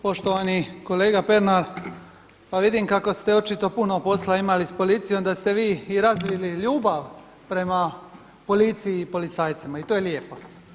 Poštovani kolega Pernar pa vidim kako ste očito puno posla imali s policijom da ste vi i razvili ljubav prema policiji i policajcima i to je lijepo.